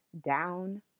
down